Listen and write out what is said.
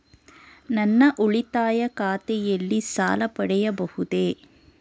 ನನ್ನ ಉಳಿತಾಯ ಖಾತೆಯಲ್ಲಿ ಸಾಲ ಪಡೆಯಬಹುದೇ?